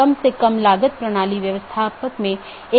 तो यह network layer reachability की जानकारी है